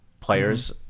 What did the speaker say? players